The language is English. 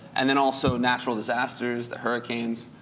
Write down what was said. and then also natural disasters, the hurricanes.